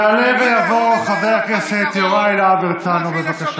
יעלה ויבוא חבר הכנסת יוראי להב הרצנו, בבקשה.